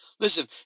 Listen